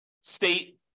state